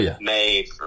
made